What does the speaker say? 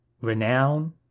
renown